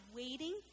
waiting